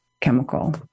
chemical